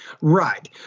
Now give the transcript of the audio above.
Right